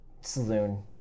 saloon